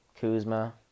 Kuzma